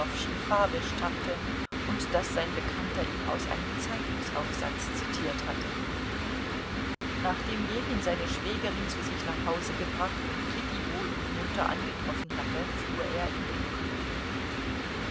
fabel stammte und daß sein bekannter ihn aus einem zeitungsaufsatz zitiert hatte nachdem ljewin seine schwägerin zu sich nach hause gebracht und kitty wohl und munter angetroffen hatte fuhr er in den klub